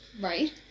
Right